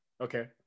okay